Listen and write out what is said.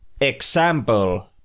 example